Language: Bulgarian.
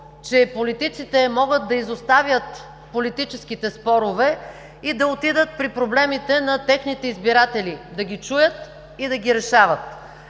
че политиците могат да изоставят политическите спорове и да отидат при проблемите на техните избиратели – да ги чуят, и да ги решават.